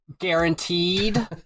guaranteed